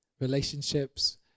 relationships